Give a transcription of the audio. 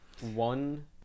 one